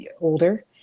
older